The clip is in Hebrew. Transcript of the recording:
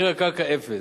מחיר הקרקע אפס,